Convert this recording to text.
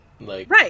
Right